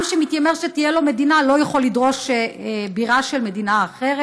עם שמתיימר שתהיה לו מדינה לא יכול לדרוש בירה של מדינה אחרת.